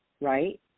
right